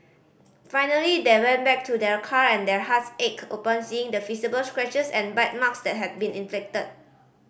finally they went back to their car and their hearts ached upon seeing the visible scratches and bite marks that had been inflicted